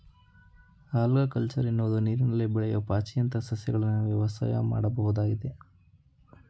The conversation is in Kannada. ಆಲ್ಗಕಲ್ಚರ್ ಎನ್ನುವುದು ನೀರಿನಲ್ಲಿ ಬೆಳೆಯೂ ಪಾಚಿಯಂತ ಸಸ್ಯಗಳನ್ನು ವ್ಯವಸಾಯ ಮಾಡುವುದಾಗಿದೆ